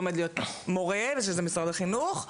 לומד להיות מורה שזה משרד החינוך,